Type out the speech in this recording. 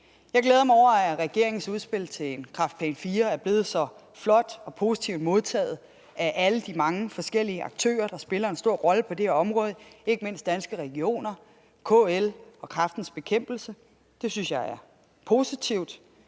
Jeg glæder mig over, at regeringens udspil til en Kræftplan IV er blevet så flot og positivt modtaget af alle de mange forskellige aktører, der spiller en stor rolle på det her område, ikke mindst Danske Regioner, KL og Kræftens Bekæmpelse. Det synes jeg er positivt.